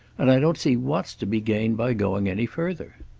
and i don't see what's to be gained by going any further.